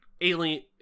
alien